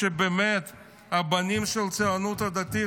שבאמת הבנים של הציונות הדתית,